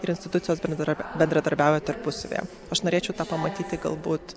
ir institucijos bendra bendradarbiauja tarpusavyje aš norėčiau pamatyti galbūt